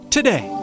Today